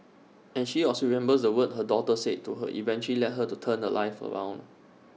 and she also remembers the words her daughter said to her eventually led her to turn her life around